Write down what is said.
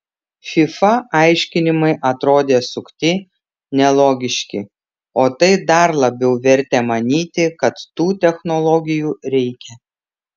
fifa aiškinimai atrodė sukti nelogiški o tai dar labiau vertė manyti kad tų technologijų reikia